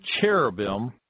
cherubim